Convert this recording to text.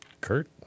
Kurt